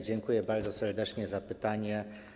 Dziękuję bardzo serdecznie za pytanie.